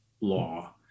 law